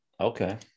Okay